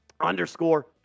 underscore